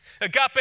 Agape